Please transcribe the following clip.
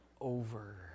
over